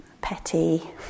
petty